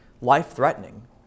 life-threatening